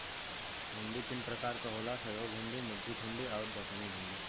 हुंडी तीन प्रकार क होला सहयोग हुंडी, मुद्दती हुंडी आउर दर्शनी हुंडी